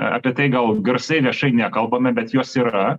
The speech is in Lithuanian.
apie tai gal garsiai viešai nekalbame bet jos yra